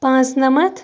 پانٛژھ نَمتھ